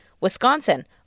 Wisconsin